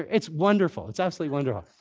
it's wonderful. it's absolutely wonderful.